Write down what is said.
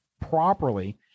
properly